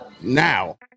now